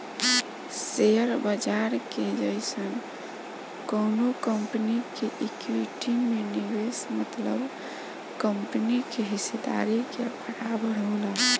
share बाजार के जइसन कवनो कंपनी के इक्विटी में निवेश मतलब कंपनी के हिस्सेदारी के बराबर होला